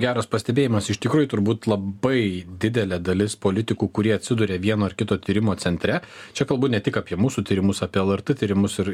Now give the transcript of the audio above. geras pastebėjimas iš tikrųjų turbūt labai didelė dalis politikų kurie atsiduria vieno ar kito tyrimo centre čia kalbu ne tik apie mūsų tyrimus apie lrt tyrimus ir